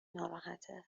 ناراحته